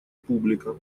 публика